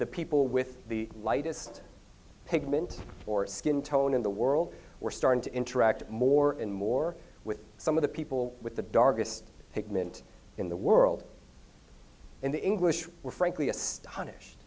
the people with the lightest pigment or skin tone in the world were starting to interact more and more with some of the people with the darkest pigment in the world and the english were frankly astonished